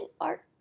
art